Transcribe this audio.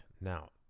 now